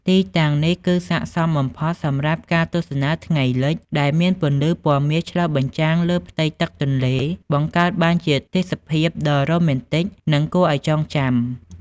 ទីតាំងនេះគឺស័ក្តិសមបំផុតសម្រាប់ការទស្សនាថ្ងៃលិច ដែលមានពន្លឺពណ៌មាសឆ្លុះបញ្ចាំងលើផ្ទៃទឹកទន្លេ បង្កើតបានជាទេសភាពដ៏រ៉ូមែនទិក និងគួរឱ្យចងចាំ។